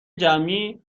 جمعی